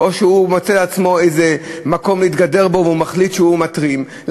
או שהוא מוצא לעצמו איזה מקום להתגדר בו והוא מחליט שהוא מתרים.